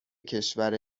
کشور